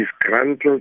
disgruntled